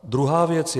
Druhá věc.